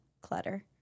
Clutter